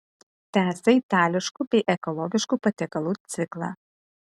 tęsia itališkų bei ekologiškų patiekalų ciklą